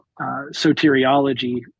soteriology